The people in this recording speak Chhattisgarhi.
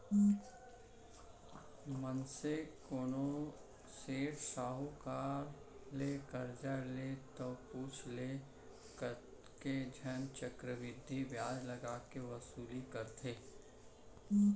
मनसे कोनो सेठ साहूकार करा ले करजा ले ता पुछ लय कतको झन चक्रबृद्धि बियाज लगा के वसूली करथे